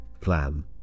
plan